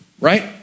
Right